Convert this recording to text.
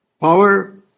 Power